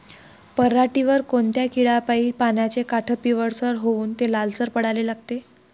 पऱ्हाटीवर कोनत्या किड्यापाई पानाचे काठं पिवळसर होऊन ते लालसर पडाले लागते?